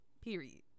period